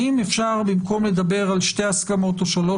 האם אפשר במקום לדבר על שתי הסכמות או שלוש,